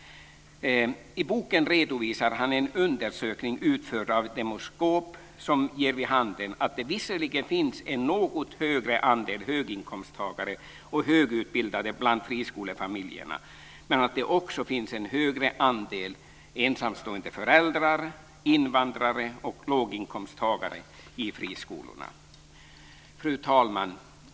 I boken redovisar han en undersökning utförd av Demoscop som ger vid handen att det visserligen finns en något högre andel höginkomsttagare och högutbildade bland friskolefamiljerna men att det också finns en högre andel ensamstående föräldrar, invandrare och låginkomsttagare i friskolorna. Fru talman!